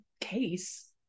case